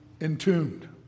entombed